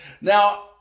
Now